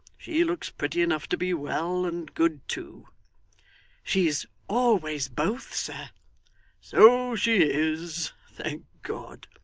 she looks pretty enough to be well, and good too she's always both, sir' so she is, thank god